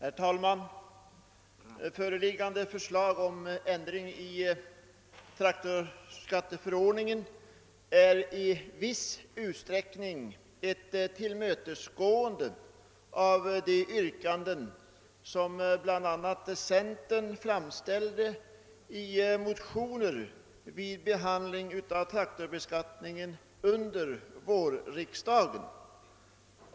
Herr talman! Det föreliggande förslaget om ändring i traktorskatteförordningen innebär i viss utsträckning ett tillmötesgående av de yrkanden som bl.a. centerpartiet har framställt i motioner vid behandlingen av traktorbeskattningen under vårriksdagen.